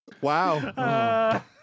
wow